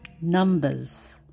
numbers